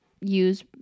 use